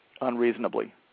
unreasonably